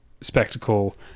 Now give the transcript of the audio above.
spectacle